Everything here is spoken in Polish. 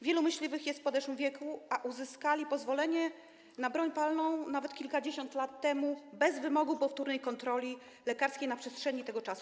Wielu myśliwych jest w podeszłym wieku, a uzyskali pozwolenie na broń palną nawet kilkadziesiąt lat temu, bez wymogu powtórnej kontroli lekarskiej na przestrzeni czasu.